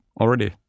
already